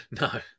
No